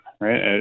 right